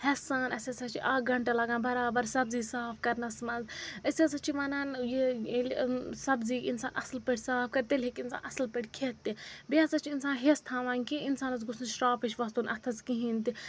ہٮ۪س سان اَسہِ ہَسا چھِ اَکھ گھَنٛٹہٕ لَگان بَرابر سبزی صاف کَرنَس منٛز أسۍ ہَسا چھِ وَنان یہِ ییٚلہِ سَبزی اِنسان اَصٕل پٲٹھۍ صاف کَرِ تیٚلہِ ہیٚکہِ اِنسان اَصٕل پٲٹھۍ کھٮ۪تھ تہِ بیٚیہِ ہَسا چھُ اِنسان ہٮ۪س تھاوان کہِ اِنسانَس گوٚژھ نہٕ شرٛاپٕچ وۄتھُن اَتھَس کِہیٖنۍ تہِ